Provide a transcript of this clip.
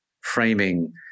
framing